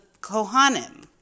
kohanim